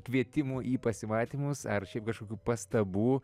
kvietimų į pasimatymus ar šiaip kažkokių pastabų